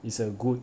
it's a good